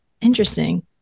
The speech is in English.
Interesting